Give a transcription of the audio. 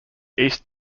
east